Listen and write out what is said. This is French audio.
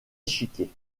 échiquier